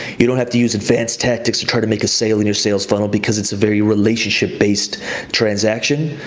you don't have to use advanced tactics to try to make a sale in your sales funnel because it's a very relationship based transaction.